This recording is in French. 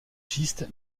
schistes